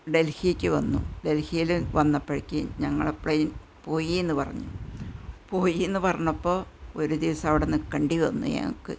ഡല്ഹിക്ക് വന്നു ഡല്ഹിയിൽ വന്നപ്പോഴേക്ക് ഞങ്ങളുടെ പ്ലെയിന് പോയിയെന്നു പറഞ്ഞു പോയിയെന്നു പറഞ്ഞപ്പോൾ ഒരു ദിവസം അവിടെ നിൽക്കേണ്ടി വന്നു ഞങ്ങള്ക്ക്